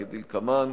כדלקמן: